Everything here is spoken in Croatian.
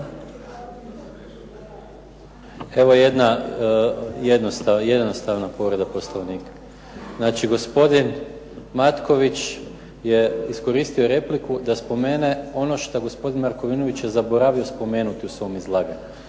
jednostavna povreda Poslovnika. Znači gospodin Matković je iskoristio repliku da spomene ono šta gospodin Markovinović je zaboravio spomenuti u svom izlaganju.